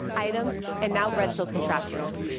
items, and now redstone contraptions.